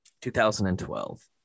2012